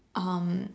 um